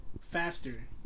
faster